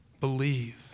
believe